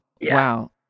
Wow